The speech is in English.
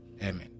Amen